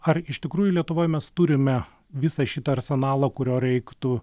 ar iš tikrųjų lietuvoj mes turime visą šitą arsenalą kurio reiktų